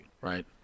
Right